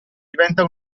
diventa